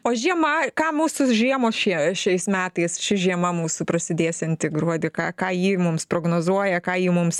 o žiema ką mūsų žiemos šie šiais metais ši žiema mūsų prasidėsianti gruodį ką ką ji mums prognozuoja ką ji mums